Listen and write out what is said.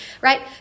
right